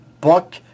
book